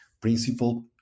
principle